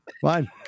Fine